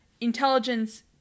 intelligence